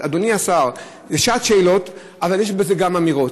ואדוני השר, זאת שעת שאלות, אבל יש בזה גם אמירות.